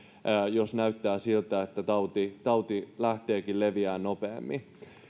jos näyttää siltä että tauti tauti lähteekin leviämään nopeammin